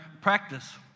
practice